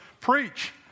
preach